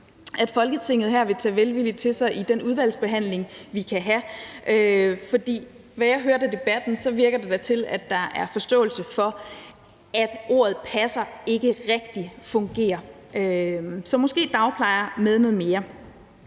at Folketinget her vil tage velvilligt til sig i den udvalgsbehandling, vi kan have. For som jeg hørte debatten, virker det da til, at der er forståelse for, at ordet passer ikke rigtig fungerer. Så måske kan vi blive enige om